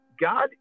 God